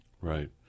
Right